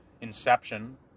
Inception